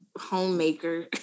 homemaker